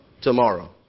tomorrow